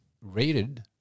rated